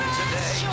today